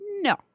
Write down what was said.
No